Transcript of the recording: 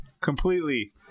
completely